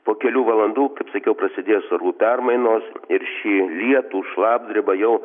po kelių valandų kaip sakiau prasidės orų permainos ir šį lietų šlapdribą jau